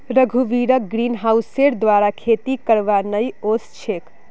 रघुवीरक ग्रीनहाउसेर द्वारा खेती करवा नइ ओस छेक